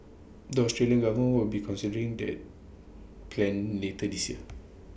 the Australian government will be considering that plan later this year